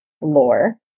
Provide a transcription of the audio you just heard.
lore